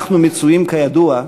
אנחנו מצויים, כידוע,